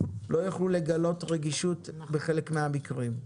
לא יוכלו לגלות רגישות בחלק מהמקרים.